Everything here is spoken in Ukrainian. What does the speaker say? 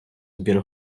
збір